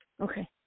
Okay